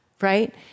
right